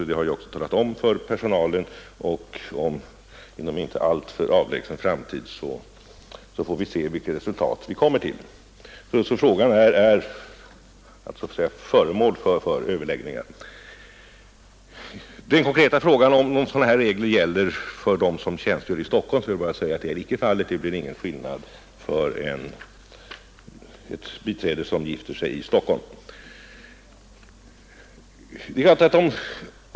Detta har jag också meddelat den berörda personalen, och vi får inom en inte alltför avlägsen framtid se vilket resultat vi kommer fram till. Med anledning av den konkreta frågan om motsvarande regler gäller för dem som tjänstgör i Stockholm vill jag säga, att så icke är fallet. Det blir ingen skillnad i anställningsförhållandena för ett biträde i Stockholm som gifter sig.